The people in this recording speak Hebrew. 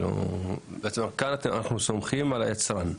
למעשה כאן אנחנו סומכים על היצרן.